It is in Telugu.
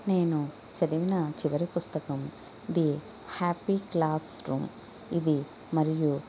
నేను చదివిన చివరి పుస్తకం ది హ్యాపీ క్లాస్ రూమ్ ఇది మరియు